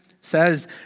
says